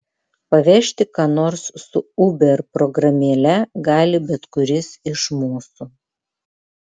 pavežti ką nors su uber programėle gali bet kuris iš mūsų